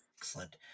Excellent